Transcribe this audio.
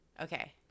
Okay